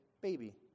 baby